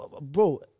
bro